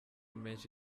menshi